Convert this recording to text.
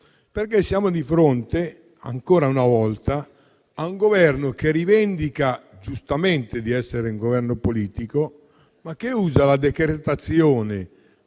perché siamo di fronte ancora una volta a un Governo che rivendica, giustamente, di essere un Governo politico, ma che usa la decretazione